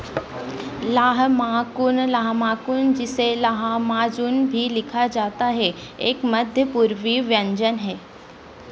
lahmacun lahmacun जिसे lahmajun भी लिखा जाता है एक मध्य पूर्वी व्यंजन है